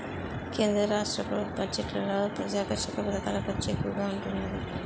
కేంద్ర రాష్ట్ర బడ్జెట్లలో ప్రజాకర్షక పధకాల ఖర్చు ఎక్కువగా ఉంటున్నాది